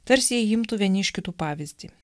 tarsi jie imtų vieni iš kitų pavyzdį